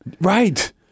Right